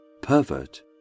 pervert